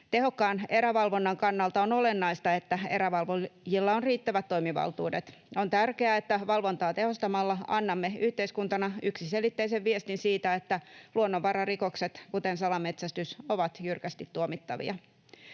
Tehokkaan erävalvonnan kannalta on olennaista, että erävalvojilla on riittävät toimivaltuudet. On tärkeää, että valvontaa tehostamalla annamme yhteiskuntana yksiselitteisen viestin siitä, että luonnonvararikokset, kuten salametsästys, ovat jyrkästi tuomittavia.